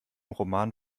roman